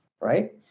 right